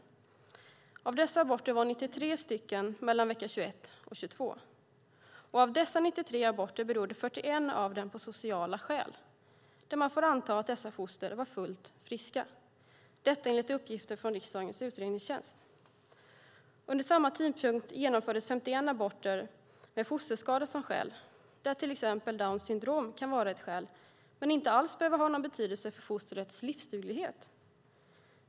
93 av dessa aborter skedde mellan vecka 21 och 22. Av dessa 93 aborter gjordes 41 av sociala skäl, enligt uppgifter från riksdagens utredningstjänst, och man får anta att dessa foster var fullt friska. Under samma tidpunkt genomfördes 51 aborter med fosterskada som skäl, där till exempel Downs syndrom kan vara ett skäl men inte alls behöver ha någon betydelse för fostrets livsduglighet.